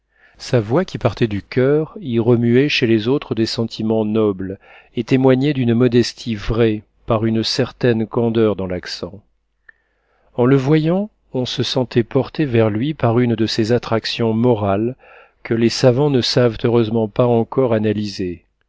sa voix qui partait du coeur y remuait chez les autres des sentiments nobles et témoignait d'une modestie vraie par une certaine candeur dans l'accent en le voyant on se sentait porté vers lui par une de ces attractions morales que les savants ne savent heureusement pas encore analyser